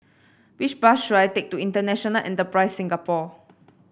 which bus should I take to International Enterprise Singapore